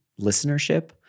listenership